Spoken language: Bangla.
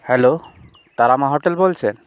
হ্যালো তারা মা হোটেল বলছেন